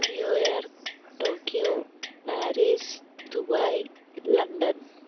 New York Tokyo Paris Dubai London